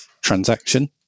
transaction